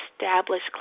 established